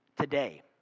today